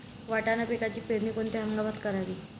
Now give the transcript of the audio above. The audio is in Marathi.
वाटाणा पिकाची पेरणी कोणत्या हंगामात करावी?